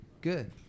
Good